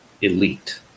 elite